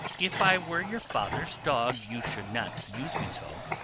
if i were your father's dog, you should not use me so.